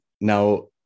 now